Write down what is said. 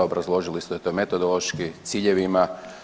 Obrazložiti ste to metodološki s cijevima.